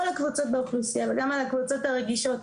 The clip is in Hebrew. הקבוצות באוכלוסייה וגם על הקבוצות הרגישות,